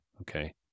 okay